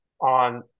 on